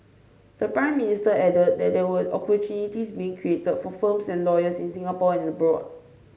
the Prime Minister added that there were opportunities being created for firms and lawyers in Singapore and abroad